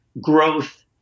growth